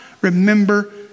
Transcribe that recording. remember